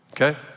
Okay